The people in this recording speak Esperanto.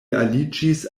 aliĝis